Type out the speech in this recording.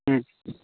ওম